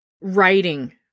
writing